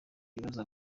ibibazo